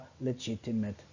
legitimate